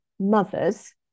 Mothers